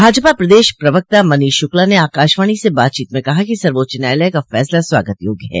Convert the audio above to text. भाजपा प्रदेश प्रवक्ता मनीष शुक्ला ने आकाशवाणी से बातचीत में कहा कि सर्वोच्च न्यायालय का फसला स्वागत योग्य है